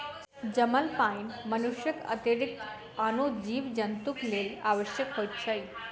जमल पानि मनुष्यक अतिरिक्त आनो जीव जन्तुक लेल आवश्यक होइत छै